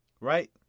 Right